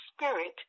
spirit